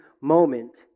moment